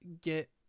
get